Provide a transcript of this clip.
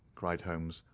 cried holmes.